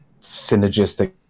synergistic